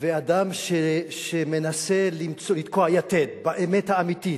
אדם שמנסה לתקוע יתד באמת האמיתית,